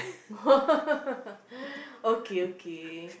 okay okay